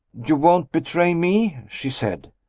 you won't betray me? she said.